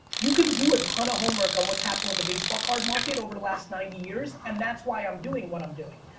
you can do a ton of homework on what's happening with the baseball card market over the last ninety years. and that's why i'm doing what i'm doing.